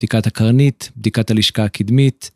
בדיקת הקרנית, בדיקת הלשכה הקדמית.